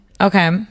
okay